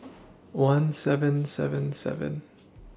one seven seven seven